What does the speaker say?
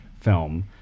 film